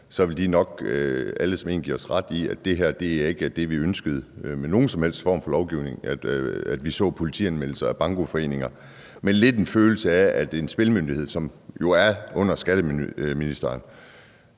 – ville de nok alle som en give os ret i, at det her ikke var det, vi ønskede med nogen som helst form for lovgivning, nemlig at vi så politianmeldelser af bankoforeninger. Man har lidt en følelse af, at det er en spillemyndighed – som jo er under skatteministeren